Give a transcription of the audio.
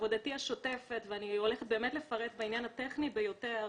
בעבודתי השוטפת ואני הולכת באמת לפרט בעניין הטכני ביותר